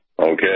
Okay